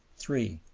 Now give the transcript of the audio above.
three.